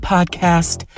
Podcast